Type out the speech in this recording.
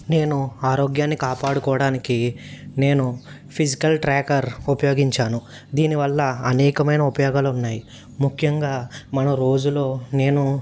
నేను ఆరోగ్యాన్ని కాపాడుకోవడానికి నేను ఫిజికల్ ట్రాకర్ ఉపయోగించాను దీనివల్ల అనేకమైన ఉపయోగాలు ఉన్నాయి ముఖ్యంగా మనం రోజులో నేను